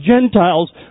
gentiles